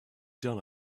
done